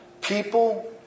People